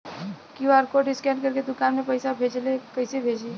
QR code scan करके दुकान में पैसा कइसे भेजी?